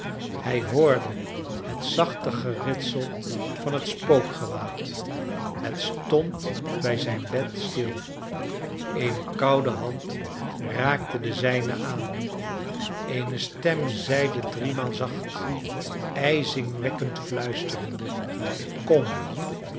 hij hoorde het zachte geritsel van het spookgewaad het stond bij zijn bed stil eene koude hand raakte de zijne aan eene stem zeide driemaal zacht ijzingwekkend fluisterende kom